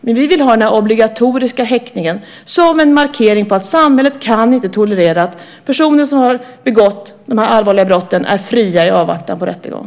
Men vi vill ha obligatorisk häktning som en markering av att samhället inte kan tolerera att personer som har begått så här allvarliga brott är fria i avvaktan på rättegång.